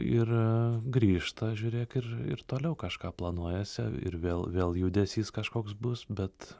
ir grįžta žiūrėk ir ir toliau kažką planuojasi ir vėl vėl judesys kažkoks bus bet